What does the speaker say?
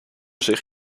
zich